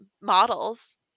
models